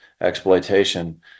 exploitation